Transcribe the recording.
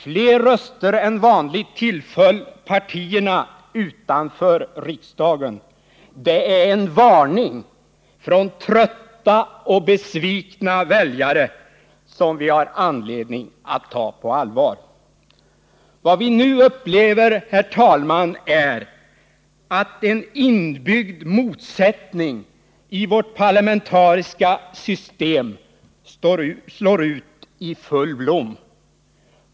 Fler röster än vanligt tillföll partierna utanför riksdagen. Det är en varning från trötta och besvikna väljare, som vi har anledning att ta på allvar. Vad vi nu upplever, herr talman, är att en inbyggd motsättning i vårt parlamentariska system slår ut i full blom.